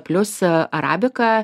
plius arabika